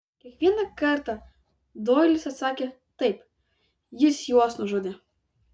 kiekvieną kartą doilis atsakė taip jis juos nužudė